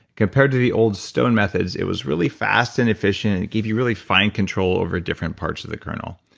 compared to the old stone methods, it was really fast and efficient and it gave you really fine control over different parts of the kernel.